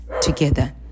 together